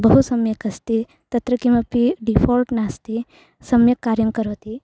बहु सम्यक् अस्ति तत्र किमपि डिफ़ाल्ट् नास्ति सम्यक् कार्यं करोति